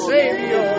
Savior